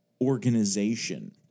organization